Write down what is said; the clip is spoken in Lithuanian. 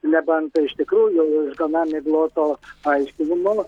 nebent tai iš tikrųjų iš gana migloto aiškinimo